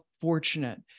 fortunate